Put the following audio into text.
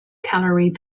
calorie